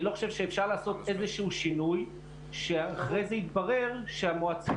אני לא חושב שאפשר לעשות איזשהו שינוי שאחרי זה יתברר שהמועצה